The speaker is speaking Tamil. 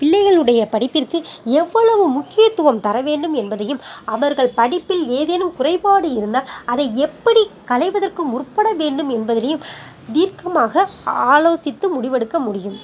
பிள்ளைகளுடைய படிப்பிற்கு எவ்வளவு முக்கியத்துவம் தர வேண்டும் என்பதையும் அவர்கள் படிப்பில் ஏதேனும் குறைபாடு இருந்தால் அதை எப்படி களைவதற்கு முற்பட வேண்டும் என்பதிலேயும் தீர்க்கமாக ஆலோசித்து முடிவெடுக்க முடியும்